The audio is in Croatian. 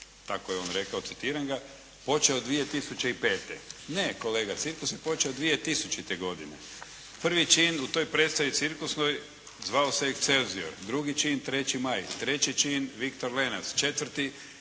Tako je on rekao, citiram ga, počeo 2005. Ne kolega, cirkus je počeo 2000. godine. Prvi čin u toj predstavi cirkusnoj zvao se Exscelsior, drugi čin 3. maj, treći čin "Viktor Lenac", četvrti